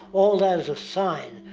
all that is a sign,